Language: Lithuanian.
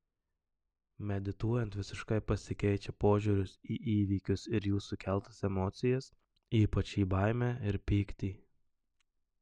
medituojant visiškai pasikeičia požiūris į įvykius ir jų sukeltas emocijas ypač į baimę ir pyktį